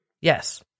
yes